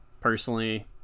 Personally